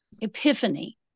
Epiphany